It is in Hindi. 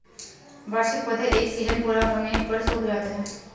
वार्षिक पौधे एक सीज़न पूरा होने पर सूख जाते हैं